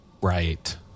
Right